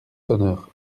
sonneurs